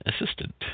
assistant